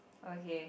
okay